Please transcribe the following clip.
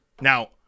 Now